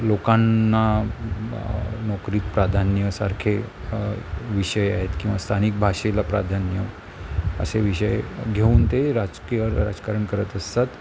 लोकांना नोकरीत प्राधान्यसारखे विषय आहेत किंवा स्थानिक भाषेला प्राधान्य असे विषय घेऊन ते राजकीय राजकारण करत असतात